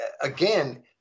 again